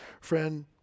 friend